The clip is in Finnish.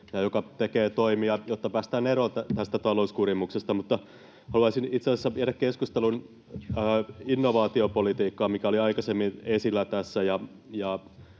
joka tekee toimia, jotta päästään eroon tästä talouskurimuksesta. Mutta haluaisin itse asiassa viedä keskustelun innovaatiopolitiikkaan, mikä oli aikaisemmin esillä tässä,